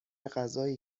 غذایی